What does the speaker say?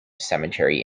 cemetery